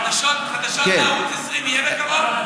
חדשות בערוץ 20 יהיה בקרוב?